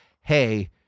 hey